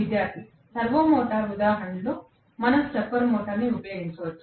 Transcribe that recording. విద్యార్థి servo motor ఉదాహరణలో మనం స్టెప్పర్ మోటారును ఉపయోగించవచ్చా